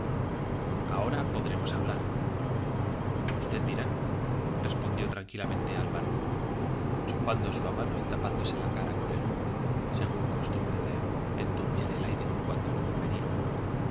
ahora podremos hablar usted dirá respondió tranquilamente álvaro chupando su habano y tapándose la cara con el humo según su costumbre de enturbiar el aire cuando le convenía